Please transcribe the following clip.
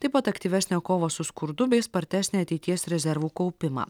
taip pat aktyvesnę kovą su skurdu bei spartesnį ateities rezervų kaupimą